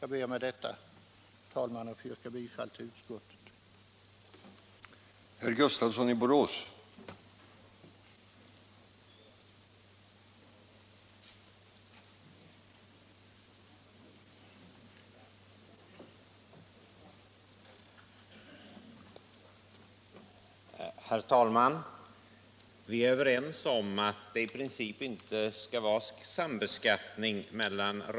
Jag ber med detta, herr talman, att få yrka bifall till utskottets hemställan.